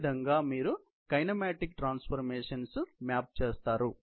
ఈ విధంగా మీరు కైనెమాటిక్ ట్రాన్స్ఫర్మేషన్స్ మ్యాప్ చేస్తారు